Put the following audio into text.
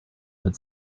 had